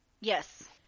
yes